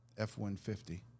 F-150